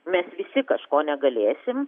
mes visi kažko negalėsim